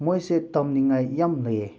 ꯃꯣꯏꯁꯦ ꯇꯝꯅꯤꯉꯥꯏ ꯌꯥꯝ ꯂꯩꯌꯦ